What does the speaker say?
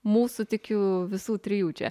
mūsų tikiu visų trijų čia